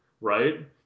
right